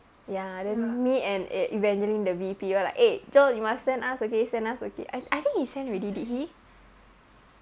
ya then me and eh evangeline the V_P lor like eh john you must send us okay send us okay I I think he sent already did he